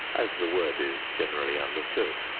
as the word is generally understood.